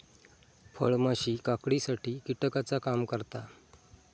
फळमाशी काकडीसाठी कीटकाचा काम करता